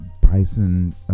bison